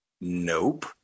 Nope